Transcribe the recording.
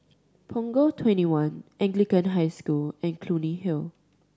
Punggol Twenty one Anglican High School and Clunny Hill